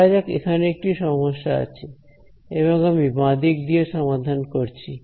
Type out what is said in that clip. ধরা যাক এখানে একটি সমস্যা আছে এবং আমি বাঁ দিক দিয়ে সমাধান করছি